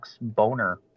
Boner